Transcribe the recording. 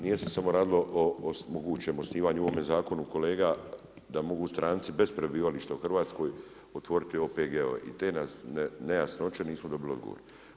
Nije se samo radilo o mogućem osnivanju u ovome zakonu kolega da mogu stranci bez prebivališta u Hrvatskoj otvoriti OPG-ove i na te nejasnoće nismo dobili odgovor.